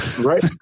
Right